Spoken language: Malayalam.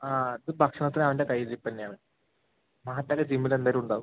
ആ അത് ഭക്ഷണത്തിന് അവൻ്റെ കയ്യിലിരിപ്പുതന്നെ ആണ് മാറ്റം എല്ലാം ജിമ്മിൽ എന്തായാലും ഉണ്ടാവും